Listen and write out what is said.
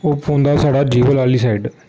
ओह् पौंदा साढ़ा जिबल आह्ली साइड